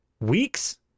Weeks